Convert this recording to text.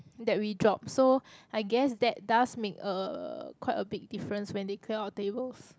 that we dropped so I guess that does make a quite a big difference when they clear our tables